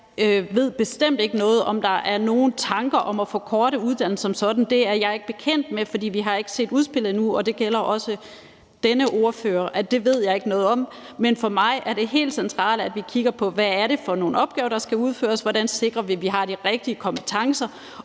at jeg bestemt ikke ved noget om, om der er nogen tanker om at forkorte uddannelserne som sådan. Det er jeg ikke bekendt med, for vi – og det gælder også denne ordfører – har ikke set udspillet endnu, så det ved jeg ikke noget om. Men for mig er det helt centralt, at vi kigger på, hvad det er for nogle opgaver, der skal udføres, og hvordan vi sikrer, at man får de rigtige kompetencer.